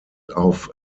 auf